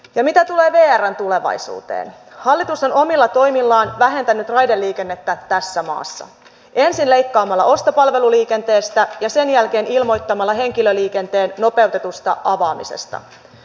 ja mitä tulee vrn tulevaisuuteen hallitus on omilla toimillaan vähentänyt raideliikennettä tässä maassa ensin leikkaamalla ostopalveluliikenteestä ja sen jälkeen ilmoittamalla henkilöliikenteen nopeutetusta avaamisesta